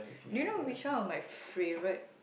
do you know which one of my favourite